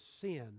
sin